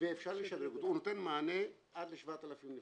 והוא נותן מענה עד ל-7,000 נפשות.